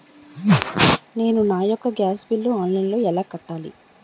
నేను నా యెక్క గ్యాస్ బిల్లు ఆన్లైన్లో ఎలా కట్టాలి?